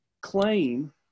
claim